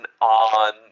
on